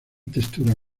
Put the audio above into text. textura